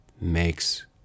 makes